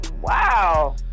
Wow